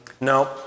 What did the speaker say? No